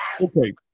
Okay